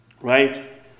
Right